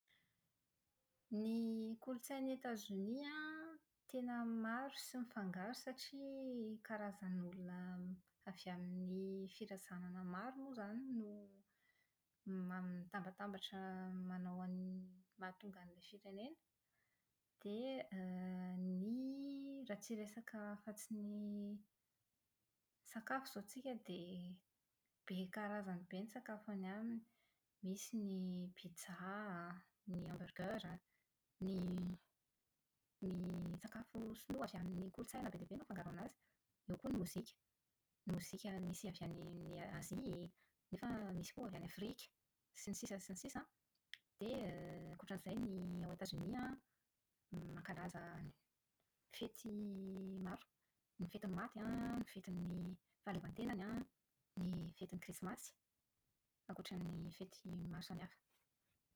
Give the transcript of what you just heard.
Ny kolotsain'Etazonia an, tena maro sy mifangaro satria karazan'olona avy amin'ny firazanana maro moa zany no mi- mitambatambatra manao ny- mahatonga an'ilay firenena, dia ny raha tsy hiresaka afa-tsy ny sakafo izao tsika dia, be karazany be ny sakafo any aminy. Misy ny pizza, ny hamburger, ny ny sakafo sinoa avy amin'ny kolotsaina be dia be no mifangaro aminazy. Eo koa ny mozika. Ny mozika misy avy any Azia, nefa misy koa avy any Afrika sy ny sisa sy ny sisa. Dia > ankoatran'izay ny ao Etazonia an, mankalaza fety maro. Ny etin'ny maty an, ny fetin'ny fahaleovantenany an, ny fetin'ny krisimasy. Ankoatran'ny fety maro samihafa.